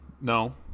no